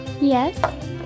Yes